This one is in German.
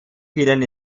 fielen